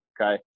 okay